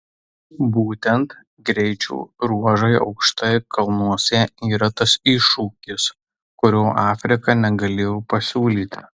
būtent greičio ruožai aukštai kalnuose yra tas iššūkis kurio afrika negalėjo pasiūlyti